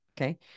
Okay